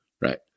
right